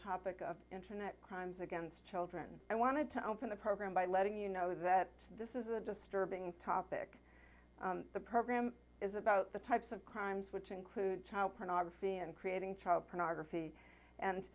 topic of internet crimes against children i wanted to open the program by letting you know that this is a disturbing topic the program is about the types of crimes which include child pornography and creating child pornography and